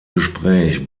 gespräch